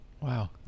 Wow